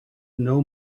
know